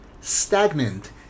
stagnant